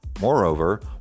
Moreover